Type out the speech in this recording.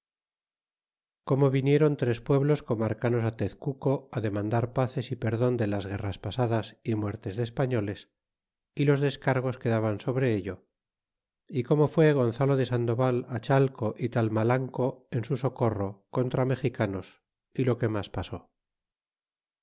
como vinieron tres pueblos comarcanos tezcuco demandar paces y perdon de las guerras pa sadas y muertes de esparbiles y los descargos que daban sobre ello y como fue gonzalo de sandoval maleo y italmalanco en su socarro contra mexicanos y lo quemas pasó